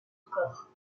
encore